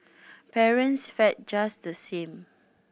parents fared just the same